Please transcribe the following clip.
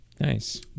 Nice